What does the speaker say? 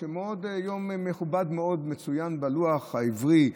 יום מאוד מכובד ומצוין בלוח העברי,